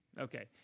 Okay